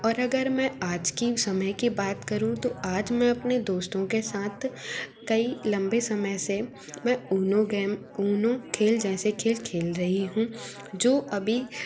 और अगर मैं आज की समय की बात करूँ तो आज मैं अपने दोस्तों के साथ कई लम्बे समय से मैं ऊनो गेम ऊनो खेल जैसे खेल खेल रही हूँ जो अभी